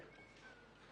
כן.